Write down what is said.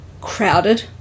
crowded